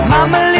Mama